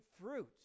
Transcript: fruit